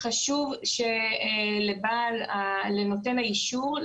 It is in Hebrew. חשוב שלנותן האישור,